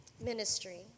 ministry